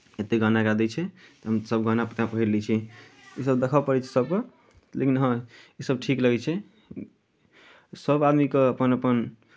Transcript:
एत्ते गहना एकरा दै छै हम सभ गहना तैँ पहीर लै छी इसभ देखय पड़ै छै सभकेँ लेकिन हँ इसभ ठीक लगै छै सभ आदमीके अपन अपन